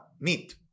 meat